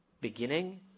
Beginning